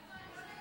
גברתי